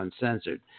Uncensored